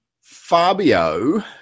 Fabio